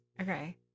Okay